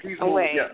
away